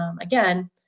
again